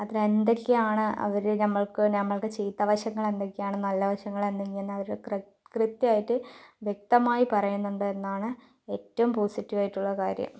അതിൽ എന്തൊക്കെയാണ് അവര് നമ്മൾക്ക് നമ്മളുടെ ചീത്തവശങ്ങൾ എന്തൊക്കെയാണ് നല്ല വശങ്ങൾ എന്തൊക്കെയാണ് എന്ന് അവര് കൃത്യമായിട്ട് വ്യക്തമായി പറയുന്നുണ്ട് എന്നാണ് ഏറ്റവും പോസിറ്റീവ് ആയിട്ടുള്ള കാര്യം